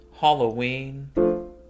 Halloween